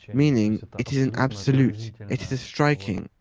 meaning, it is an absolute, it is a striking.